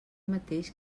mateix